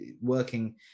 working